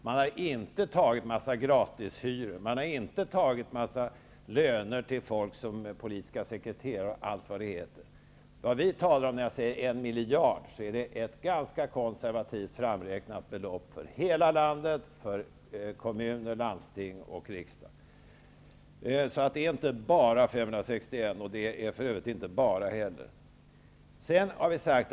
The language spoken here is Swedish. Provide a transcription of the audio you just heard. Man har inte tagit med gratishyror, löner till folk som är politiska sekreterare och allt vad det heter. När jag säger en miljard är det ett ganska konservativt framräknat belopp för hela landet, för kommuner, landsting och riksdag. Det är alltså inte ''bara'' 561 miljoner, och för övrigt är det heller inte så litet.